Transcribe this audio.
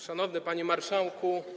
Szanowny Panie Marszałku!